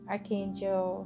Archangel